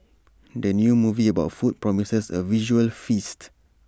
the new movie about food promises A visual feast